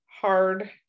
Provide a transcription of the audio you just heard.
hard